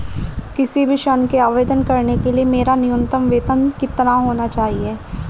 किसी भी ऋण के आवेदन करने के लिए मेरा न्यूनतम वेतन कितना होना चाहिए?